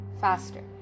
faster